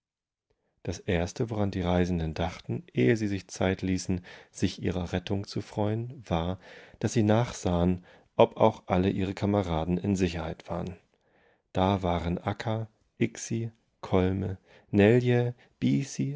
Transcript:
das erste woran die reisenden dachten ehe sie sich zeit ließen sich ihrer rettung zu freuen war daß sie nachsahen ob auch alle ihre kameraden in sicherheitwaren dawarenakka